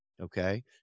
okay